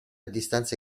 distanze